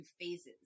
phases